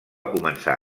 començar